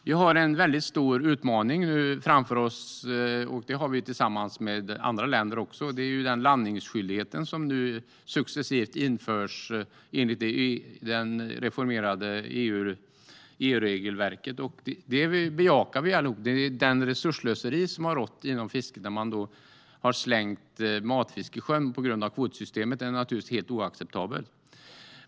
Vi har en stor utmaning framför oss, också tillsammans med andra länder, nämligen den landningsskyldighet som nu successivt införs enligt det reformerade EU-regelverket. Det bejakar vi alla. Det resursslöseri som har rått inom fisket, där man har slängt matfisk i sjön på grund av kvotsystemet, är naturligtvis helt oacceptabelt.